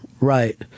Right